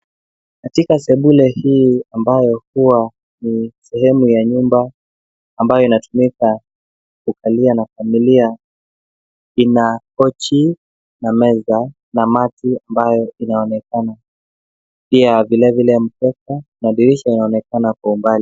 Katika sebule hii ambao huwa ni sehemu ya nyumba amabyo inatumika kukalia na familia ina kochi na meza na mati ambayo inaonekana pia vilevile madirisha yanaonekana kwa umbali.